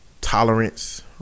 Tolerance